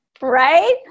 Right